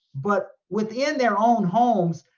but within their own homes,